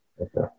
Okay